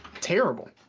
terrible